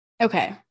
Okay